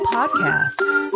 Podcasts